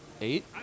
Eight